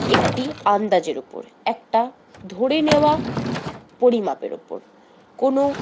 একটি আন্দাজের ওপর একটা ধরে নেওয়া পরিমাপের ওপর কোনো